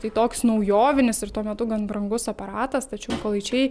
tai toks naujovinis ir tuo metu gan brangus aparatas tačiau mykolaičiai